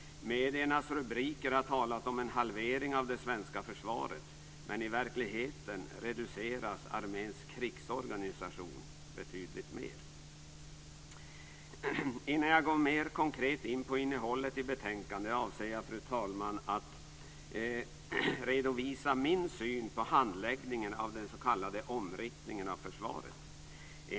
Mediernas rubriker har talat om en halvering av det svenska försvaret, men i verkligheten reduceras arméns krigsorganisation betydligt mer. Innan jag mer konkret går in på innehållet i betänkandet avser jag, fru talman, att redovisa min syn på handläggningen av den s.k. ominriktningen av försvaret.